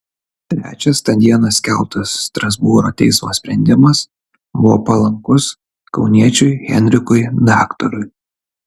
trečias tą dieną skelbtas strasbūro teismo sprendimas buvo palankus kauniečiui henrikui daktarui